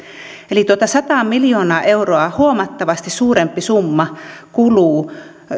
eli tuota sataa miljoonaa euroa huomattavasti suurempi summa kuluu